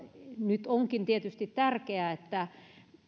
nyt onkin tietysti tärkeää että